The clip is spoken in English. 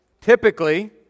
typically